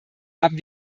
haben